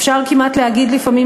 אפשר כמעט להגיד לפעמים,